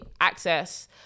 access